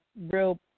real